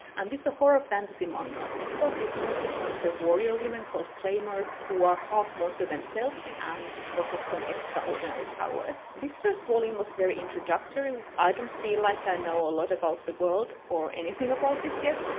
and this is a horror fantasy manga. it's about these monster hunter warrior women called claymores who are half-monster themselves and possess some extraordinary powers. this first volume was very introductory, i don't feel like i know a lot about the world or anything about this yet.